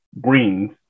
greens